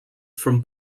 from